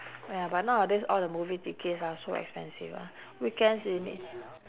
ya but nowadays all the movie tickets are so expensive ah weekends you need